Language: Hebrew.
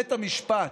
בבית המשפט.